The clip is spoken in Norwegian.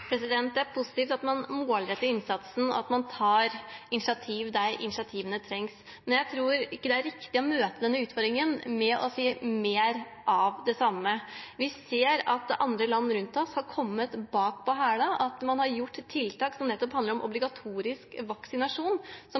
Det er positivt at man målretter innsatsen, at man tar initiativ der initiativene trengs. Men jeg tror ikke det er riktig å møte denne utfordringen med å si: mer av det samme. Vi ser at andre land rundt oss har kommet på hæla ved at man har gjort tiltak som handler om obligatorisk vaksinasjon, som